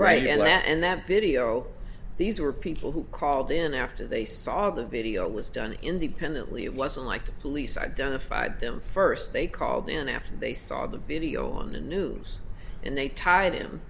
great man and that video these are people who called in after they saw the video was done in the pennant lee it wasn't like the police identified them first they called in after they saw the video on the news and they tied him